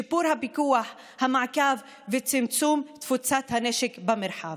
בשיפור הפיקוח והמעקב ובצמצום תפוצת הנשק במרחב.